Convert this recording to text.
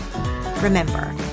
Remember